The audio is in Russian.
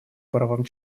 правам